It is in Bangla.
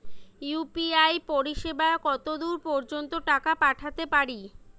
ইউ.পি.আই পরিসেবা কতদূর পর্জন্ত টাকা পাঠাতে পারি?